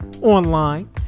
online